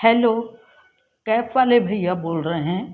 hello cab वाले भैया बोल रहे हैं